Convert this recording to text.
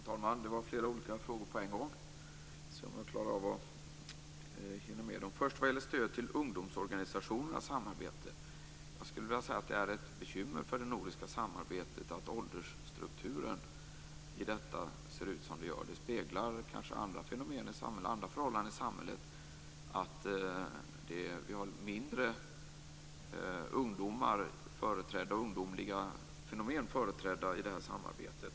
Herr talman! Det var flera olika frågor på en gång. Jag skall se om jag hinner med dem. Den första frågan gällde stödet till ungdomsorganisationernas samarbete. Det är ett bekymmer för det nordiska samarbetet att åldersstrukturen där ser ut som den gör. Det speglar kanske andra fenomen och förhållanden i samhället att vi har mindre av ungdomar och ungdomliga fenomen företrädda i det nordiska samarbetet.